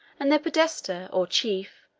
and their podesta, or chief,